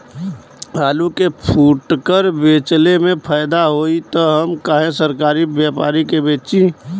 आलू के फूटकर बेंचले मे फैदा होई त हम काहे सरकारी व्यपरी के बेंचि?